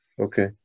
okay